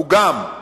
הוא גם,